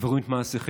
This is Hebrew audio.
ורואים את מעשיכם,